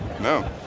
No